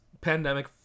pandemic